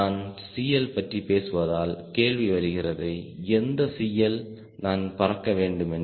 நாம் CL பற்றி பேசுவதால் கேள்வி வருகிறது எந்த CL நான் பறக்க வேண்டும் என்று